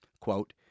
quote